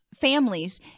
families